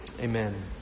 Amen